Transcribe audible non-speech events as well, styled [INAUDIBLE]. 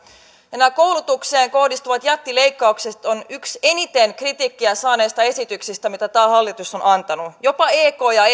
esityksiä nämä koulutukseen kohdistuvat jättileikkaukset ovat yksi eniten kritiikkiä saaneita esityksiä mitä tämä hallitus on antanut jopa ek ja [UNINTELLIGIBLE]